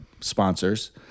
sponsors